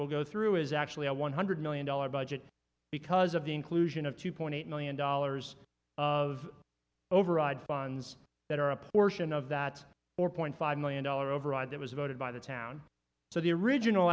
will go through is actually a one hundred million dollars budget because of the inclusion of two point eight million dollars of overawed funds that are a portion of that or point five million dollar override that was voted by the town so the original